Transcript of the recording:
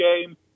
game